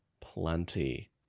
plenty